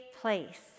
place